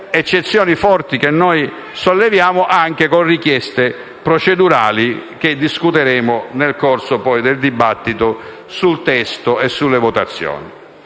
eccezioni forti che solleviamo, anche con richieste procedurali, che solleveremo nel corso del dibattito sul testo e sulle votazioni.